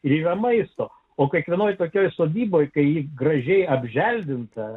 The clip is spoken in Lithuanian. ir maisto o kiekvienoje tokioje sodyboje kai gražiai apželdinta